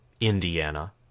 Indiana